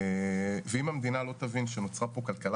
אם המדינה לא תבין שנוצרה פה כלכלה